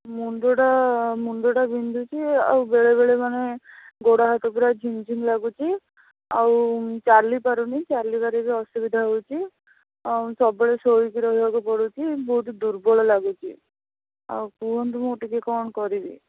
ମୁଣ୍ଡଟା ମୁଣ୍ଡଟା ବିନ୍ଧୁଛି ଆଉ ବେଳେବେଳେ ମାନେ ଗୋଡ଼ ହାତ ପୁରା ଝିମ୍ଝିମ୍ ଲାଗୁଛି ଆଉ ଚାଲିପାରୁନି ଚାଲିବାରେ ବି ଅସୁବିଧା ହେଉଛି ଆଉ ସବୁବେଳେ ଶୋଇକି ରହିବାକୁ ପଡ଼ୁଛି ବହୁତ ଦୁର୍ବଳ ଲାଗୁଛି ଆଉ କୁହନ୍ତୁ ମୁଁ ଟିକିଏ କ'ଣ କରିବି